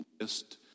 list